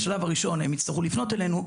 בשלב הראשון הם יצטרכו לפנות אלינו,